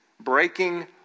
breaking